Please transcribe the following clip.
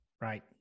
right